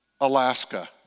Alaska